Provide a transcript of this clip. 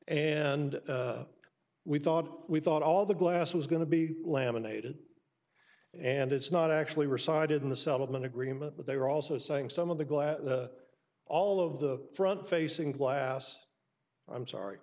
and we thought we thought all the glass was going to be laminated and it's not actually resided in the settlement agreement but they were also saying some of the glass all of the front facing glass i'm sorry